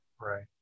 Right